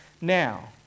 Now